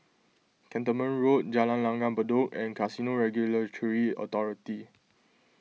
Cantonment Road Jalan Langgar Bedok and Casino Regulatory Authority